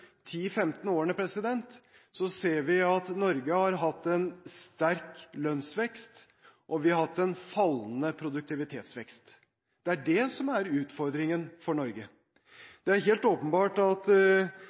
årene, ser vi at Norge har hatt en sterk lønnsvekst, og vi har hatt en fallende produktivitetsvekst. Det er det som er utfordringen for